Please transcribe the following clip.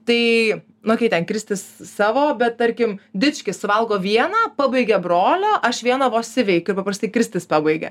tai nu okei ten kristis savo bet tarkim dičkis suvalgo vieną pabaigia brolio aš vieną vos įveikiu ir paprastai kristis pabaigia